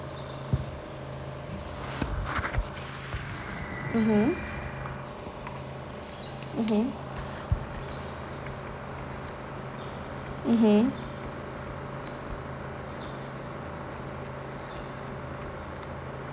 mmhmm mmhmm mmhmm